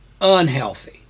unhealthy